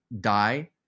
die